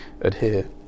adhere